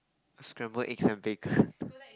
scramble eggs and bacon